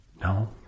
no